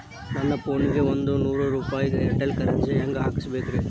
ನನ್ನ ಫೋನಿಗೆ ಒಂದ್ ನೂರು ರೂಪಾಯಿ ಏರ್ಟೆಲ್ ಕರೆನ್ಸಿ ಹೆಂಗ್ ಹಾಕಿಸ್ಬೇಕ್ರಿ?